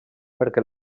perquè